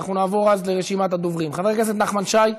אז אנחנו נעבור לרשימת הדוברים: חבר הכנסת נחמן שי?